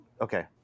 Okay